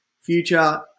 future